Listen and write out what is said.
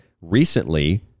recently